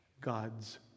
God's